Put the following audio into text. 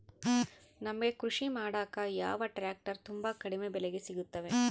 ನಮಗೆ ಕೃಷಿ ಮಾಡಾಕ ಯಾವ ಟ್ರ್ಯಾಕ್ಟರ್ ತುಂಬಾ ಕಡಿಮೆ ಬೆಲೆಗೆ ಸಿಗುತ್ತವೆ?